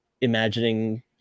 Imagining